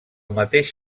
mateix